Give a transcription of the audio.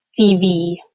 CV